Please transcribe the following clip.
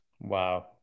Wow